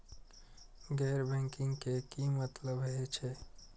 गैर बैंकिंग के की मतलब हे छे?